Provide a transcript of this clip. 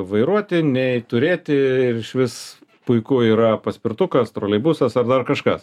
vairuoti nei turėti ir išvis puiku yra paspirtukas troleibusas ar dar kažkas